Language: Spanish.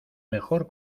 mejor